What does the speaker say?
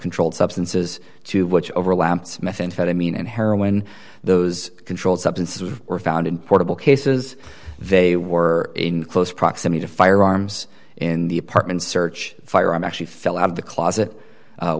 controlled substances to which overlaps methamphetamine and heroin those controlled substances were found in portable cases they were in close proximity to firearms in the apartment search firearm actually fell out of the closet